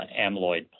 amyloid